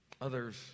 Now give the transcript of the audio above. Others